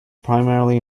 primarily